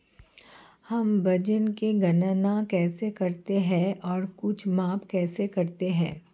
हम वजन की गणना कैसे करते हैं और कुछ माप कैसे करते हैं?